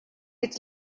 eat